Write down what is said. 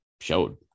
showed